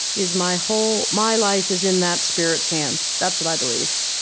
is my whole my life is in that spirit's hands. that's what i believe.